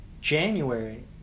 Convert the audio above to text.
January